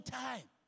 time